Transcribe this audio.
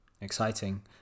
exciting